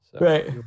Right